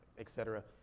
et cetera.